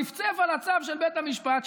צפצף על הצו של בית המשפט,